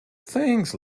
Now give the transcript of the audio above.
thanks